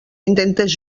intentes